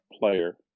player